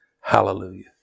Hallelujah